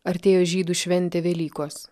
artėjo žydų šventė velykos